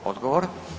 Odgovor.